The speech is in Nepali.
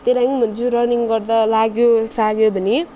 त्यही लागि भन्छु रनिङ गर्दा लाग्योसाग्यो भने